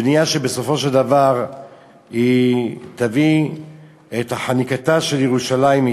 בנייה שבסופו של דבר תביא לחניקתה של ירושלים,